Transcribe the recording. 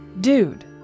Dude